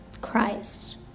Christ